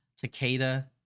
Takeda